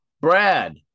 Brad